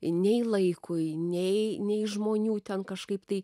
nei laikui nei nei žmonių ten kažkaip tai